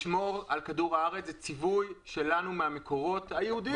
לשמור על כדור הארץ זה ציווי שלנו מהמקורות היהודיים.